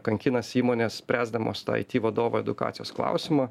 kankinasi įmonės spręsdamos tą aiti vadovo edukacijos klausimą